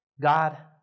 God